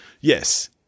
Yes